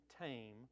tame